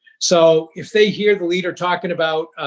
so if they hear the leader talking about,